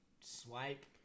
Swipe